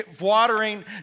watering